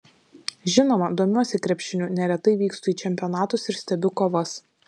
žinoma domiuosi krepšiniu neretai vykstu į čempionatus ir stebiu kovas